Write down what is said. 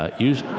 ah use